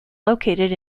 located